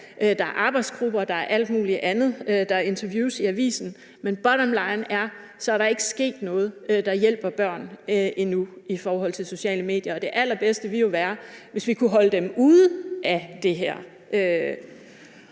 der er arbejdsgrupper, der er interviews i avisen, og der er alt muligt andet, men bottomline er, at der ikke er sket noget endnu, der hjælper børn i forhold til sociale medier, og det allerbedste ville jo være, hvis vi kunne holde dem ude af det her.